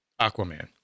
Aquaman